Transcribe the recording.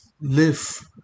live